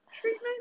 treatment